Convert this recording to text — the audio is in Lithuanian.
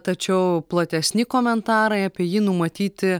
tačiau platesni komentarai apie jį numatyti